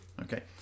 Okay